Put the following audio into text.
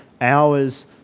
hours